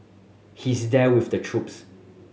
he's there with the troops